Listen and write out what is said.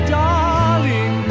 darling